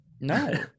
No